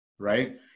right